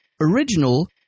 original